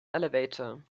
elevator